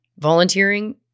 volunteering